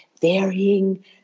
varying